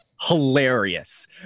hilarious